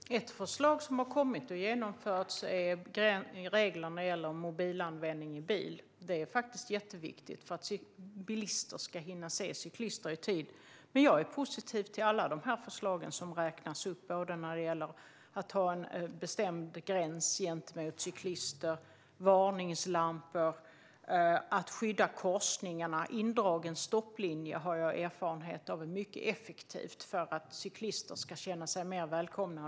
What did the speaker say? Herr talman! Ett förslag som har kommit och genomförts är regler när det gäller mobilanvändning i bil. Det är jätteviktigt för att bilister ska hinna se cyklister i tid. Jag är positiv till alla förslagen som räknas upp: att ha en bestämd gräns gentemot cyklister, varningslampor och att skydda i korsningarna. Jag har erfarenhet av indragen stopplinje. Det är mycket effektivt för att cyklister ska känna sig mer välkomna.